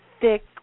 thick